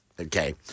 Okay